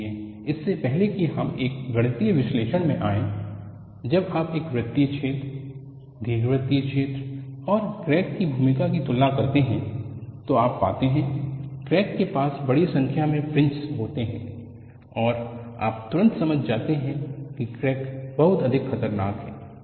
इसलिए इससे पहले कि हम एक गणितीय विश्लेषण में आए जब आप एक वृत्तीय छेद दीर्घवृत्तीय छेद और क्रैक की भूमिका की तुलना करते हैं तो आप पाते हैं क्रैक के पास बड़ी संख्या में फ्रिंजस होते हैं और आप तुरंत समझ सकते हैं कि क्रैक बहुत अधिक खतरनाक है